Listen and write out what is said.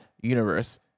universe